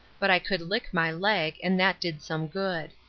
but i could lick my leg, and that did some good.